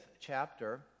chapter